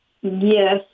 Yes